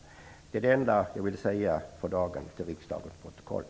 Det är det enda som jag för dagen ville ha sagt till riksdagens protokoll.